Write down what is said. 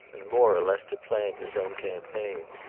and more or less to plan his own campaign.